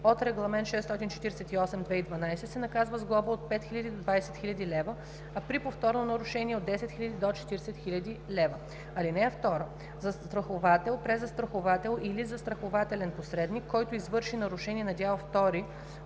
от Регламент (ЕС) № 648/2012, се наказва с глоба от 5000 до 20 000 лв., а при повторно нарушение – от 10 000 до 40 000 лв. (2) Застраховател, презастраховател или застрахователен посредник, който извърши нарушение на дял втори